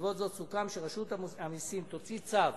בעקבות זאת סוכם שרשות המסים תוציא צו